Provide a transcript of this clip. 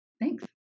Thanks